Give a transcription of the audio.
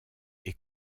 est